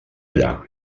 allà